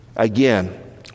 Again